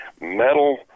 metal